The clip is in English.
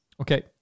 Okay